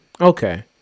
okay